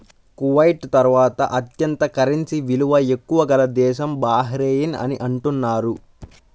Kuwait తర్వాత అత్యంత currency విలువ ఎక్కువ గల దేశం బహ్రెయిన్ అని అంటున్నారు